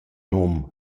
nom